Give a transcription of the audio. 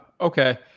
Okay